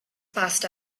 passed